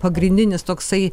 pagrindinis toksai